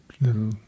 little